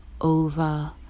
over